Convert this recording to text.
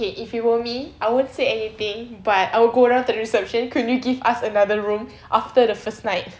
okay if were me I won't say anything but I will go down to the reception can you give us another room after the first night